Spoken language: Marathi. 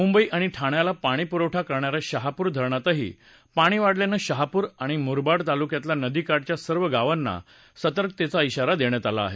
मंबई आणि ठाण्याला पाणीप्रवठा करणा या शहाप्र धरणातही पाणी वाढल्यानं शहाप्र आणि मुरबाड तालुक्यातल्या नदीकाठच्या गावाना सावधगिरीचा शारा दिला आहे